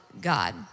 God